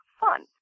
fun